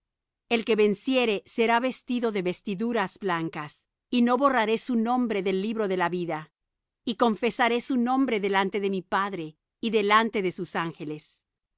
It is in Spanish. el que venciere será vestido de vestiduras blancas y no borraré su nombre del libro de la vida y confesaré su nombre delante de mi padre y delante de sus ángeles